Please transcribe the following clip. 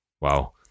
Wow